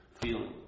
feeling